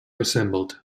assembled